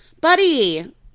Buddy